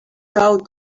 out